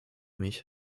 mich